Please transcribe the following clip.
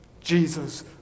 Jesus